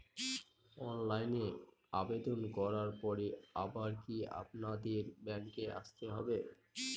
অনলাইনে আবেদন করার পরে আবার কি আপনাদের ব্যাঙ্কে আসতে হবে?